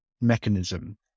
mechanism